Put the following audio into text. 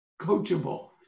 coachable